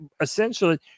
essentially